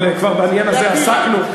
אבל בעניין הזה עסקנו,